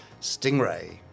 Stingray